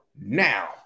now